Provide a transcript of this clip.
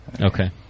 Okay